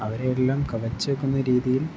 അവരെ എല്ലാം കവച്ച് വയ്ക്കുന്ന രീതിയിൽ